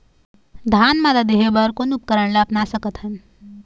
धान मादा देहे बर कोन उपकरण ला अपना सकथन?